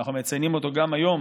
שאנחנו מציינים אותו גם היום,